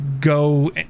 go